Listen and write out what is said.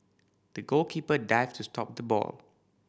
the goalkeeper dived to stop the ball